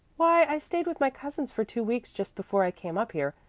why, i stayed with my cousins for two weeks just before i came up here,